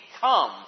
come